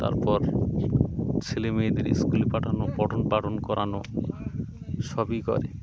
তারপর ছেলে মেয়েদের ইস্কুলে পাঠানো পঠন পাঠন করানো সবই করে